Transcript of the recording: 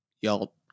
y'all